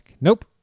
Nope